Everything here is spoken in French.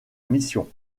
mission